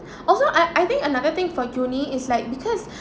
also I I think another thing for uni is like because